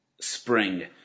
spring